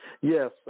Yes